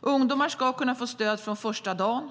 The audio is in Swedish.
Ungdomar ska kunna få stöd från första dagen.